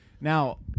Now